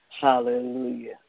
Hallelujah